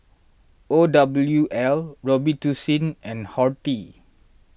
O W L Robitussin and Horti